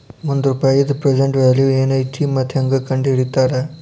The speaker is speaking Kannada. ಒಂದ ರೂಪಾಯಿದ್ ಪ್ರೆಸೆಂಟ್ ವ್ಯಾಲ್ಯೂ ಏನೈತಿ ಮತ್ತ ಹೆಂಗ ಕಂಡಹಿಡಿತಾರಾ